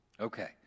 okay